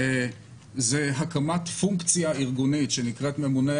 זה הקמת פונקציה ארגונית שנקראת ממונה